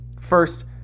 First